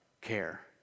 care